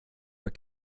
were